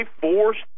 forced